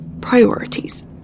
priorities